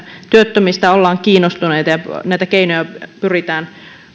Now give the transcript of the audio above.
työttömistä ollaan kiinnostuneita ja näitä keinoja pyritään